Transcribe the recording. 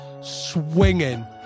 swinging